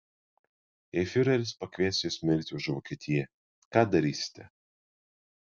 jei fiureris pakvies jus mirti už vokietiją ką darysite